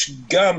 גם